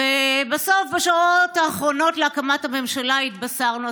ובסוף בשעות האחרונות להקמת הממשלה התבשרנו.